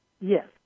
Yes